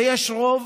ויש רוב,